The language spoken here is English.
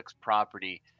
property